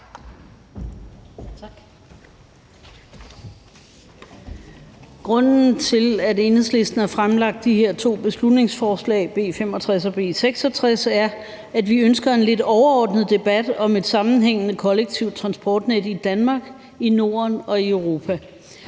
Grunden til, at Enhedslisten har fremsat de her to beslutningsforslag, B 65 og B 66, er, at vi ønsker en lidt overordnet debat om et sammenhængende kollektivt transportnet i Danmark, i Norden og i Europa.